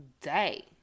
day